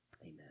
amen